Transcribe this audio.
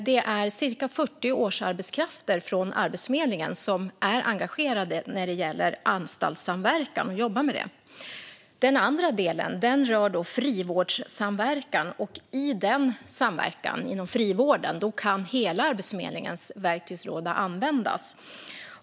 Det är cirka 40 årsarbetskrafter som jobbar med anstaltssamverkan. Den andra delen rör frivårdssamverkan, och här kan hela Arbetsförmedlingens verktygslåda användas.